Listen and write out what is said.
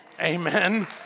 Amen